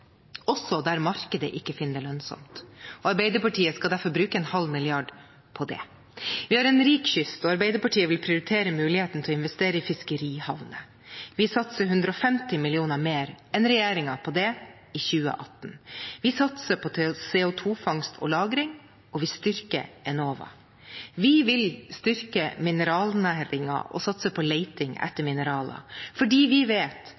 også der markedet ikke finner det lønnsomt. Arbeiderpartiet skal derfor bruke en halv milliard kroner på det. Vi har en rik kyst, og Arbeiderpartiet vil prioritere muligheten til å investere i fiskerihavner. Vi satser 150 mill. kr mer enn regjeringen på det i 2018. Vi satser på CO 2 -fangst og -lagring, og vi styrker Enova. Vi vil styrke mineralnæringen, og satse på leting etter mineraler, fordi vi vet